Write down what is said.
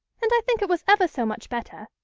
and i think it was ever so much better,